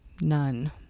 None